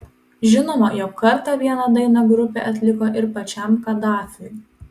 žinoma jog kartą vieną dainą grupė atliko ir pačiam kadafiui